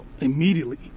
immediately